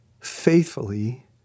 faithfully